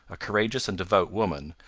a courageous and devout woman,